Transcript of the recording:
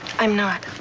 i'm not.